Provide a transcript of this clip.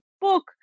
book